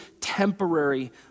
temporary